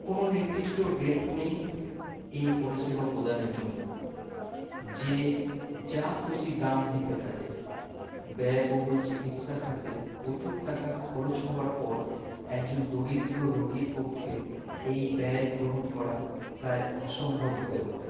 কোনো নির্দিষ্ট রেট নেই এই পরিষেবা প্রদানের জন্য যে যা খুশি দাম হেঁকে থাকে ব্যয়বহুল চিকিৎসা খাতে প্রচুর টাকা খরচ হওয়ার পর একজন দরিদ্র রোগীর পক্ষে এই ব্যয় গ্রহণ করা প্রায় অসম্ভব হয়ে পড়ে